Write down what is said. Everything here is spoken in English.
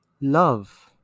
Love